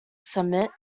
summit